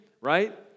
Right